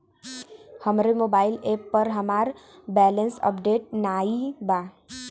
हमरे mobile app पर हमार बैलैंस अपडेट नाई बा